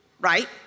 right